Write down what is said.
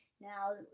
now